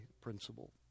principle